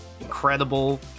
incredible